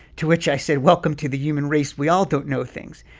to which i said, welcome to the human race. we all don't know things.